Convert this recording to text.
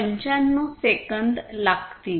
95 second लागतील